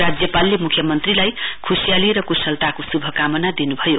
राज्यपालले मुख्यमन्त्रीलाई खुशियाली र कुशलताको शुभकामना दिनुभयो